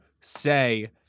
say